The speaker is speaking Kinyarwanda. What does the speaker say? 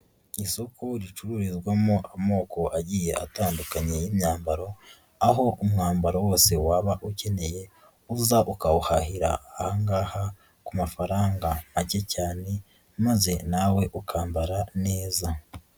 Isoko ricururizwamo amoko agiye atandukanye y'imyambaro, aho umwambaro wose waba ukeneye uza ukawuhahira aha ngaha ku mafaranga make cyane maze nawe ukambara neza.